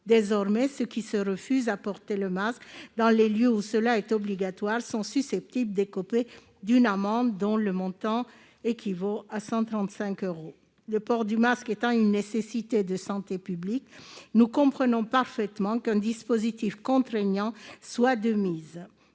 Désormais, ceux qui se refusent à porter le masque dans les lieux où c'est obligatoire sont susceptibles d'écoper d'une amende, dont le montant équivaut à 135 euros. Le port du masque étant une nécessité de santé publique, nous comprenons parfaitement qu'un dispositif contraignant soit de mise,